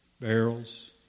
barrels